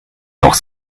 noch